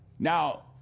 Now